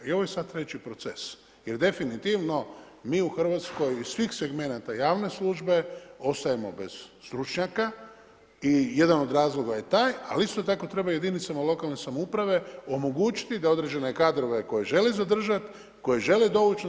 I ovo je sad treći proces jer definitivno mi u RH iz svih segmenata javne službe ostajemo bez stručnjaka i jedan od razloga je taj, ali isto tako treba jedinicama lokalne samouprave omogućiti da određene kadrove koje želi zadržati, koje dovući na